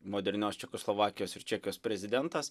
modernios čekoslovakijos ir čekijos prezidentas